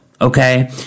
okay